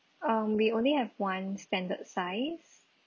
um we only have one standard size